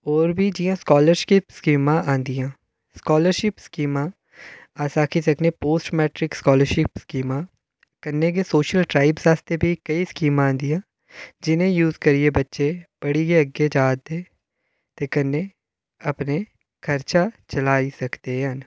होर बी जि'यां स्कालरशिप स्कीमां आंदियां स्कालरशिप स्कीमां अस आक्खी सकने पोस्ट मैटिक्स स्कालरशिप स्कीमां कन्नै गै सोशल ट्राईव आस्तै बी केईं स्कीमां आंदियां जि'नेंगी यूज करियै बच्चे पढ़ियै अग्गै जा दे ते कन्नै अपने खर्चा चलाई सकदे हैन